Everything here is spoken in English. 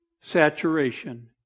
saturation